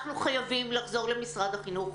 אנחנו חייבים לחזור למשרד החינוך,